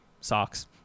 socks